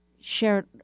shared